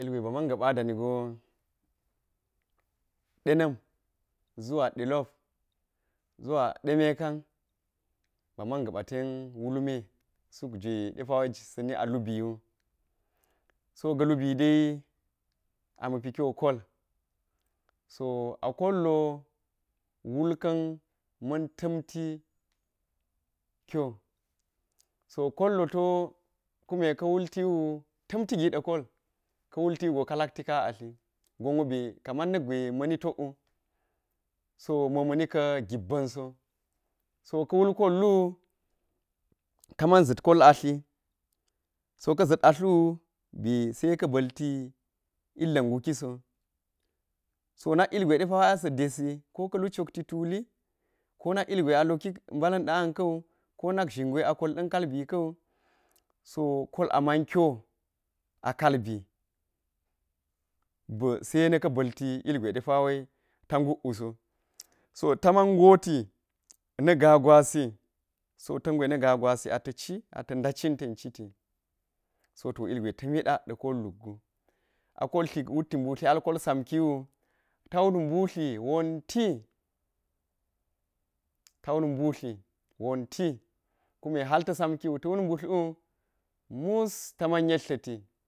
Ilgwe ba mar ga̱ba a dani go ilgwe ba mar ga̱ba a dani go da na̱m zuwa de lop zuwa de mekan baman ga̱ɓa ten wul me suk jwe da pawo sa̱ni lubiwu so ga̱ lubi de ama̱ pi kyo kol so a kol lo wulka̱ ma̱n ta̱mti kyo so kollo to kume ka̱ wultiwu ta̱mti gi ɗa kol kume ka̱ wulti wu ka laktika a atli gonwo kaman na̱k gwe ma̱ni tokwu so moma̱ ni ka gib ba̱nso, so ka̱ wul kolwu ka man zit kol a atli so ka̱ zit atl wu be se ka̱ ba̱lti llga̱ nguki so so nak ilgwe di pa asa̱ desi ko ka̱ lu cokti tuli ko nak ilgwe a loki mbala̱n ɗa̱ anka̱wu ko nak zhin gwe a kol da̱n kalbi ka̱ wu, so kol a ma̱n kyo a kalbi be se na̱ ka̱ ba̱lti ilgwe ɗe pa wu ta nguk uso, so ta man ngoti na̱ gaa gwasi so ta ngme na ga gwesi ata̱ ci ata̱ nda cin ten citi so to ilgwe ta̱mi ɗa da̱ kol luk gu a kol tlik wutti mbudli hal kol samki wu ta wut mbudli wonti ta wut mbutli wonti kume hal ta̱ samki wu ta̱ wut mbutli wu mus ta man yetla̱ti